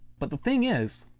but the thing is,